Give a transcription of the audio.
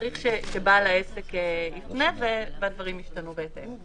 צריך שבעל העסק יפנה והדברים ישתנו בהתאם.